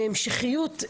מהמשכיות,